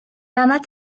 anad